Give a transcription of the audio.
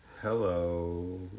Hello